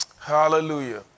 Hallelujah